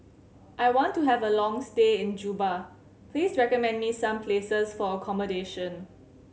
I want to have a long stay in Juba please recommend me some places for accommodation